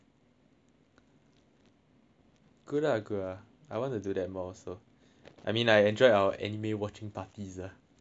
good ah good ah I want to do that more also I mean I enjoyed our anime watching parties ah that was quite fun